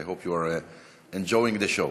I hope you are enjoying the show.